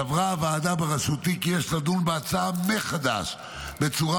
סברה הוועדה בראשותי כי יש לדון בהצעה מחדש בצורה